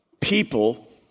people